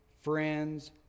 friends